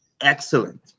excellent